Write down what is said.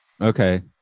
okay